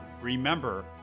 remember